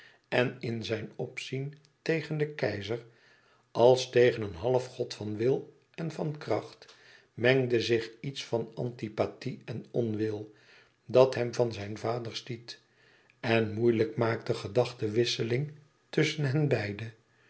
en in zijn opzien tegen den keizer als tegen een half god van wil en van kracht mengde zich iets van antipathie en onwil dat hem van zijn vader stiet en moeilijk maakte gedachtewisseling tusschen hen beiden